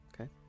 Okay